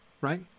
right